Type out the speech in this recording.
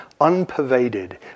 unpervaded